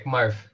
Marv